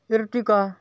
Ertiga